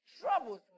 Troubles